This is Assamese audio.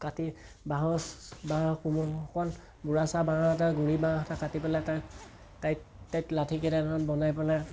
কাটি বাঁহ অকণ বুঢ়া চাই বাঁহ এটা গুৰি বাঁহ এটা কাটি পেলাই টাইট টাইট লাঠী কেইডালমান বনাই পেলাই